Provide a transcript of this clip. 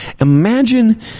Imagine